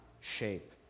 shape